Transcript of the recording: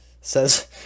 says